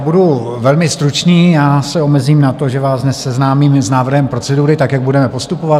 Budu velmi stručný, já se omezím na to, že vás dnes seznámím s návrhem procedury, jak budeme postupovat.